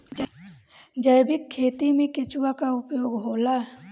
जैविक खेती मे केचुआ का उपयोग होला?